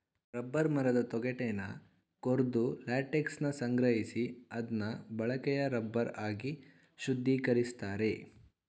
rubber ಮರದ ತೊಗಟೆನ ಕೊರ್ದು ಲ್ಯಾಟೆಕ್ಸನ ಸಂಗ್ರಹಿಸಿ ಅದ್ನ ಬಳಕೆಯ ರಬ್ಬರ್ ಆಗಿ ಶುದ್ಧೀಕರಿಸ್ತಾರೆ